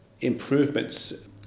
improvements